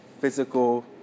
physical